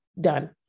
Done